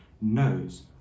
knows